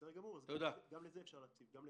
בסדר גמור, גם לזה אפשר להציב יעדים.